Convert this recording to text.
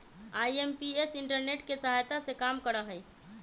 IMPS internet के सहायता से काम करा हई